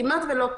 כמעט שלא קיימת.